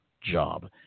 job